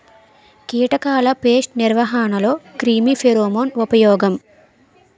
కీటకాల పేస్ట్ నిర్వహణలో క్రిమి ఫెరోమోన్ ఉపయోగం